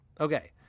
Okay